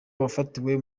yafatiwe